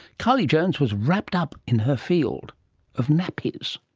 kylie jones was wrapped up in her field of nappies.